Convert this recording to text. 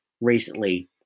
recently